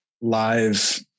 live